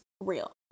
real